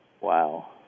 Wow